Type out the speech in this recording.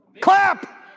clap